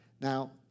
Now